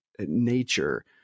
nature